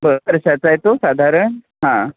वर्षाचा आहे तो साधारण हा